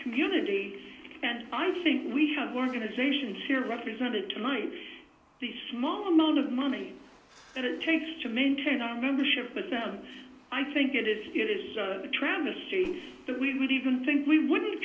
community and i think we have organizations here represented tonight the small amount of money and it takes to maintain our membership but them i think it is it is a travesty that we would even think we would